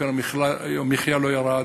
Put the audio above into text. יוקר המחיה לא ירד,